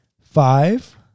five